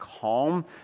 calm